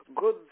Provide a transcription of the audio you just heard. Good